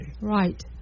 Right